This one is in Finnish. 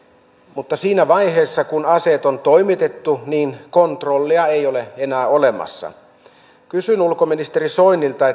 mutta siinä vaiheessa kun aseet on toimitettu kontrollia ei ole enää olemassa kysyn ulkoministeri soinilta